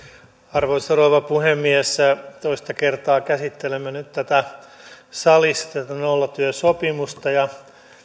arvoisa rouva puhemies toista kertaa käsittelemme nyt salissa tätä nollatyösopimusta ja